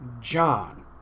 John